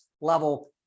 level